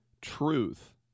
Truth